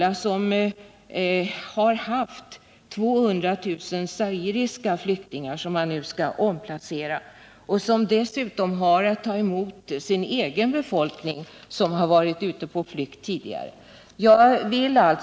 Angola har haft 200000 zairiska flyktingar som man nu skall omplacera och har dessutom att ta emot sin egen befolkning, som har varit ute på flykt tidigare.